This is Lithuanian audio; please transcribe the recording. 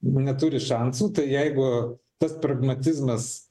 neturi šansų tai jeigu tas pragmatizmas